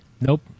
Nope